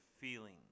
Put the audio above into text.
feeling